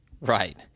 Right